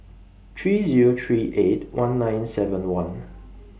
three Zero three eight one nine seven one